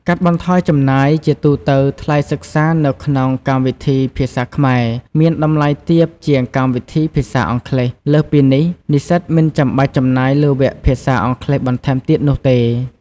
កាត់បន្ថយចំណាយ ជាទូទៅ ថ្លៃសិក្សានៅក្នុងកម្មវិធីភាសាខ្មែរមានតម្លៃទាបជាងកម្មវិធីភាសាអង់គ្លេស។ លើសពីនេះ និស្សិតមិនចាំបាច់ចំណាយលើវគ្គភាសាអង់គ្លេសបន្ថែមទៀតនោះទេ។